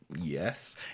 yes